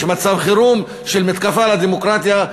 יש מצב חירום של מתקפה על הדמוקרטיה.